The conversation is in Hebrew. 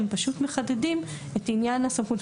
הם פשוט מחדדים את עניין הסמכות.